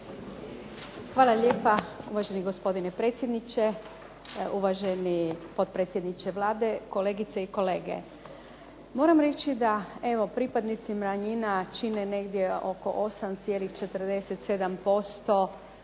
Hvala lijepa uvaženi gospodine predsjedniče, uvaženi potpredsjedniče Vlade, kolegice i kolege. Moram reći da, evo, pripadnici manjina čine negdje oko 8,47%